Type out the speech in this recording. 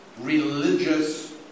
religious